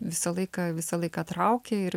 visą laiką visą laiką traukė ir